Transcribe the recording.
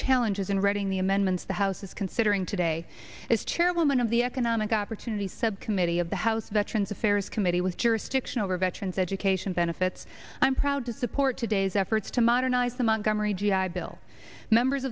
challenges and reading the amendments the house is considering today as chairwoman of the economic opportunities subcommittee of the house veterans affairs committee was jurisdiction over veterans education benefits i'm proud to support today's efforts to modernize the montgomery g i bill members